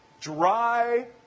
dry